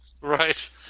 Right